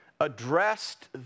Addressed